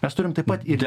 mes turim taip pat ir